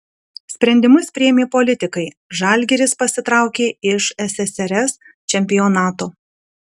sprendimus priėmė politikai žalgiris pasitraukė iš ssrs čempionato